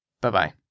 bye-bye